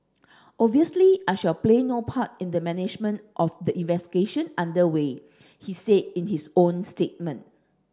obviously I shall play no part in the management of the investigation under way he said in his own statement